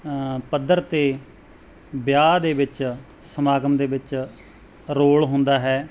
ਪੱਧਰ 'ਤੇ ਵਿਆਹ ਦੇ ਵਿੱਚ ਸਮਾਗਮ ਦੇ ਵਿੱਚ ਰੋਲ ਹੁੰਦਾ ਹੈ